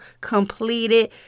completed